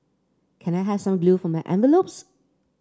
can I have some glue for my envelopes